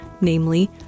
namely